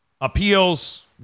appeals